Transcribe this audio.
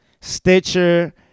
Stitcher